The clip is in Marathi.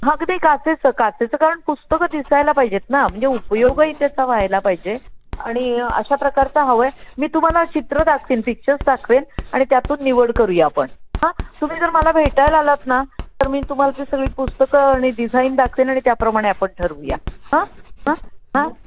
हां की ते काचं काचेचं कारण पुस्तकं दिसायला पाहिजेत ना म्हणजे उपयोगही त्याचा व्हायला पाहिजे आणि अशा प्रकारचा हवं आहे मी तुम्हाला चित्र दाखवेन पिक्चर्स दाखवेन आणि त्यातून निवड करूया आपण हां तुम्ही जर मला भेटायला आलात ना तर मी तुम्हाला ती सगळी पुस्तकं आणि डिझाईन दाखवेन आणि त्याप्रमाणे आपण ठरवूया हां हां हां